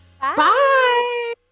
Bye